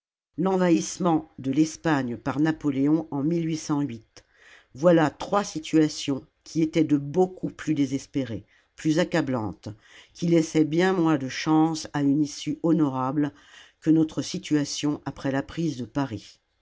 l'envahissement de l'espagne par napoléon en oilà trois situations qui étaient de beaucoup plus désespérées plus accablantes qui laissaient bien moins de chances à une issue honorable que notre situation après la prise de paris